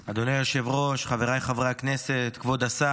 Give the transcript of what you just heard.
אדוני היושב-ראש, חבריי חברי הכנסת, כבוד השר,